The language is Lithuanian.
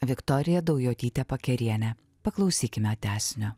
viktorija daujotyte pakeriene paklausykime tęsinio